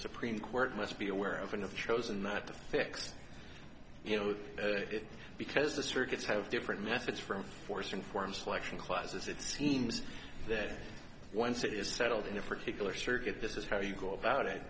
supreme court must be aware of and have chosen not to fix you know it because the circuits have different methods from force and form selection classes it seems that once it is settled in a particular circuit this is how you go about it